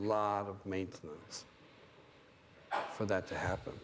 lot of maintenance for that to happen